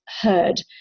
heard